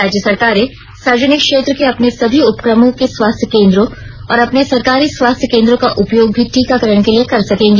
राज्य सरकारें सार्वजनिक क्षेत्र के अपने सभी उपक्रमों के स्वास्थ्य केन्द्रों और अपने सरकारी स्वास्थ्य केन्द्रों का उपयोग भी टीकाकरण के लिए कर सकेंगी